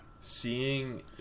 seeing